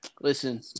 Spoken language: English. Listen